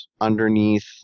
underneath